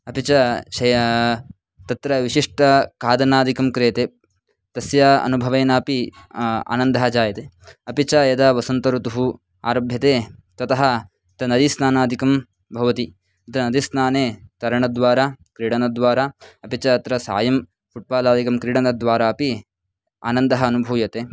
अपि च शयानः तत्र विशिष्टखादनादिकं क्रियते तस्य अनुभवेनापि आनन्दः जायते अपि च यदा वसन्तर्तुः आरभ्यते ततः तत्र नदीस्नानादिकं भवति तत्र नदीस्नाने तरणद्वारा क्रीडनद्वारा अपि च अत्र सायं फ़ुट्बालादिकं क्रीडनद्वारापि आनन्दः अनुभूयते